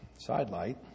sidelight